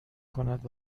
کند